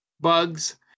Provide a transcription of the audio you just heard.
bugs